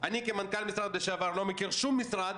אני כמנכ"ל משרד לשעבר לא מכיר שום משרד